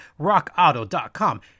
rockauto.com